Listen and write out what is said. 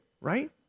right